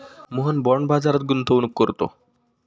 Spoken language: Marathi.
मोहन बाँड बाजारात गुंतवणूक करतो